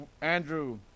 Andrew